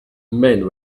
men